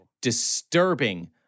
disturbing